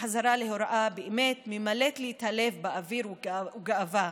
החזרה להוראה באמת ממלאת לי את הלב באוויר וגאווה.